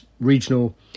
regional